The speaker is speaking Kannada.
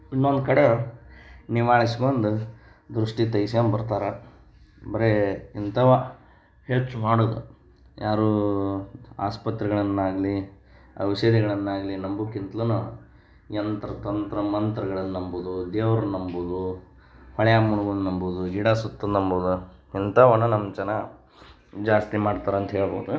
ಇನ್ನೊಂದು ಕಡೆ ನಿವಾಳ್ಸ್ಕೊಂಡು ದೃಷ್ಟಿ ತೆಗಿಸ್ಕಂಬರ್ತಾರ ಬರೀ ಇಂಥವೇ ಹೆಚ್ಚು ಮಾಡುವುದು ಯಾರೂ ಆಸ್ಪತ್ರೆಗಳನ್ನಾಗಲಿ ಔಷಧಿಗಳನ್ನಾಗಲಿ ನಂಬೂಕಿಂತ್ಲು ಯಂತ್ರ ತಂತ್ರ ಮಂತ್ರಗಳನ್ನು ನಂಬುವುದು ದೇವ್ರ್ನ ನಂಬುವುದು ಹೊಳ್ಯಾಗೆ ಮುಳ್ಗೂದ್ ನಂಬುವುದು ಗಿಡ ಸುತ್ತುದು ನಂಬುವುದು ಇಂಥವನ್ನು ನಮ್ಮ ಜನ ಜಾಸ್ತಿ ಮಾಡ್ತಾರೆ ಅಂತ ಹೇಳ್ಬೋದು